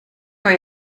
kan